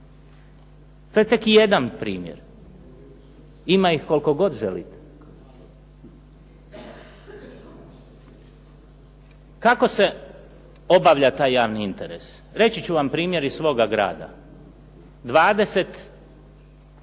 To je tek jedan primjer. Ima ih koliko god želite. Kako se obavlja taj javni interes? Reći ću vam primjer iz svoga grada. 25.